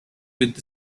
with